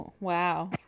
wow